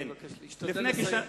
אני מבקש להשתדל לסיים.